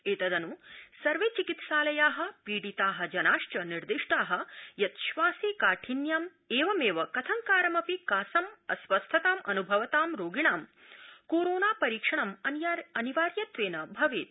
उत्तिदनु सर्वे चिकित्सालया पीडिता जनाश्च निर्दिष्टा यत् श्वासे काठिन्यम् विमेव कथंकारमपि कासम् अस्वस्थतां अनुभवतां रोगिणां कोरोना परीक्षणं अनिवार्यत्वेन भवेत्